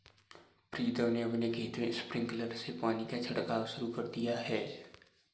प्रीतम ने अपने खेत में स्प्रिंकलर से पानी का छिड़काव शुरू कर दिया है